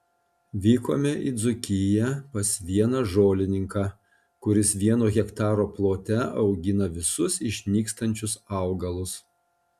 vykome į dzūkiją pas vieną žolininką kuris vieno hektaro plote augina visus išnykstančius augalus